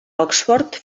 oxford